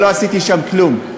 אבל לא עשיתי שם כלום,